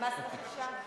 ממס רכישה.